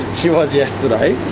she was yesterday.